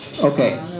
Okay